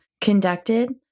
conducted